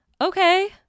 okay